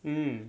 mm